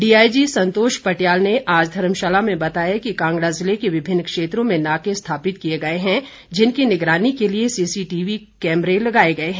DIG Santosh Patial ने आज धर्मशाला में बताया कि कांगड़ा जिले के विभिन्न क्षेत्रों में नाके स्थापित किए गए हैं जिनकी निगरानी के लिए सीसीटीवी कैमरे लगाए गए हैं